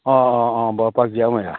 অঁ অঁ অঁ বৰপাক জীয়ামূৰীয়া